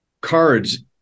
cards